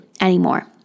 anymore